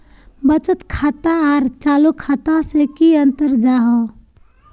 बचत खाता आर चालू खाता से की अंतर जाहा?